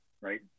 right